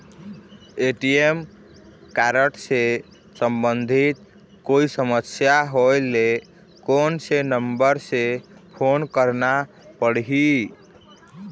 ATM card से संबंधित कोई समस्या होय ले, कोन से नंबर से फोन करना पढ़ही?